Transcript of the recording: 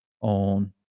on